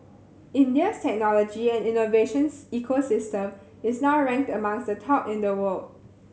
India's technology and innovation ecosystem is now ranked amongst the top in the world